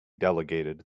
delegated